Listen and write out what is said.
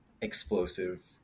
explosive